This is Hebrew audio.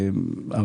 15,